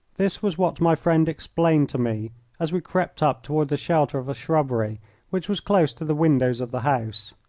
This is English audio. this was what my friend explained to me as we crept up toward the shelter of a shrubbery which was close to the windows of the house.